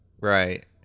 right